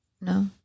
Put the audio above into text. No